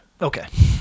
Okay